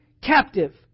captive